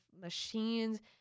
machines